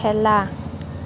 খেলা